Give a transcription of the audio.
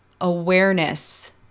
awareness